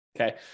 okay